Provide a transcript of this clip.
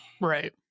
Right